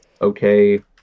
okay